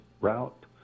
route